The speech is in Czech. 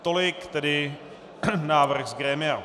Tolik tedy návrh z grémia.